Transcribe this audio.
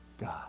God